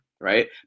right